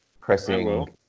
pressing